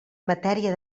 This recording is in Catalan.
matèria